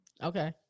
Okay